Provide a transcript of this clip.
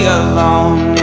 alone